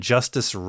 Justice